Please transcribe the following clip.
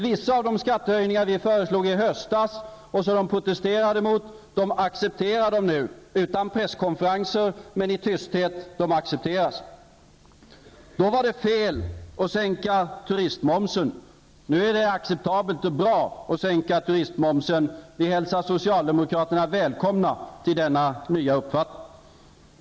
Vissa av de skattesänkningar vi föreslog i höstas, och som socialdemokraterna protesterade emot, accepterar de nu -- dock utan presskonferenser. I höstas var det fel att sänka turistmomsen. Nu är det acceptabelt och bra att sänka turistmomsen. Vi hälsar socialdemokraterna välkomna till denna nya uppfattning.